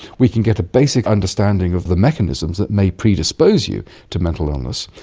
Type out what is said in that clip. we can get a basic understanding of the mechanisms that may predispose you to mental illness,